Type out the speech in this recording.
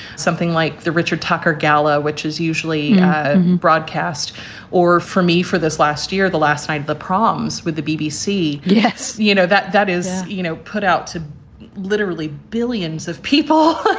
something like the richard tucker gala, which is usually broadcast or for me for this last year, the last night, the problems with the bbc. yes. you know, that that is, you know, put out to literally billions of people.